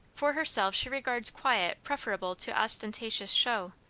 for herself she regards quiet preferable to ostentatious show,